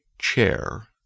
chair